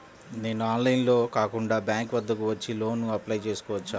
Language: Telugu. నేను ఆన్లైన్లో కాకుండా బ్యాంక్ వద్దకు వచ్చి లోన్ కు అప్లై చేసుకోవచ్చా?